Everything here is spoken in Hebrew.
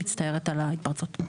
אני מצטערת על ההתפרצות.